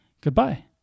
Goodbye